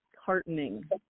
heartening